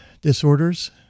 disorders